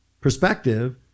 perspective